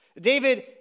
David